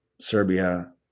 Serbia